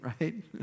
right